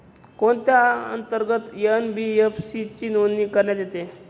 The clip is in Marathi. कोणत्या अंतर्गत एन.बी.एफ.सी ची नोंदणी करण्यात येते?